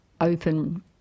open